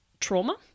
trauma